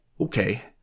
okay